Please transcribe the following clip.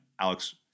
Alex